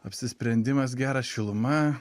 apsisprendimas geras šiluma